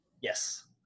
Yes